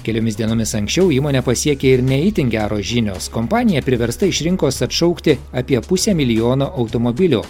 keliomis dienomis anksčiau įmonę pasiekė ir ne itin geros žinios kompanija priversta iš rinkos atšaukti apie pusę milijono automobilių